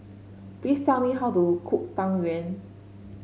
please tell me how to cook Tang Yuen